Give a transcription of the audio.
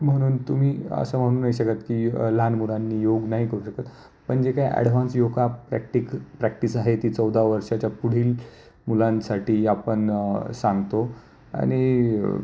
म्हनून तुम्ही असं म्हणू नाही शकत की लहान मुलांनी योग नाही करू शकत पण जे काय ॲडव्हान्स योग प्रॅक्टिक प्रॅक्टिस आहे ती चौदा वर्षाच्या पुढील मुलांसाठी आपण सांगतो आणि